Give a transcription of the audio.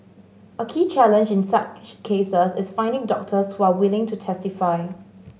a key challenge in such cases is finding doctors who are willing to testify